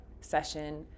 session